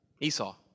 Esau